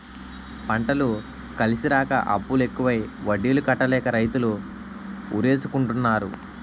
పంటలు కలిసిరాక అప్పులు ఎక్కువై వడ్డీలు కట్టలేక రైతులు ఉరేసుకుంటన్నారు